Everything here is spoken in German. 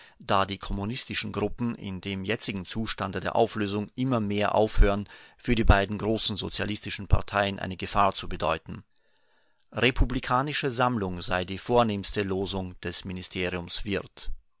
da die kommunistischen gruppen in dem jetzigen zustande der auflösung immer mehr aufhören für die beiden großen sozialistischen parteien eine gefahr zu bedeuten republikanische sammlung sei die vornehmste losung des ministeriums wirth